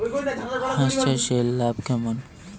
হাঁস চাষে লাভ কেমন?